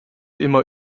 immer